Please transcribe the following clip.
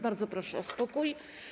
Bardzo proszę o spokój.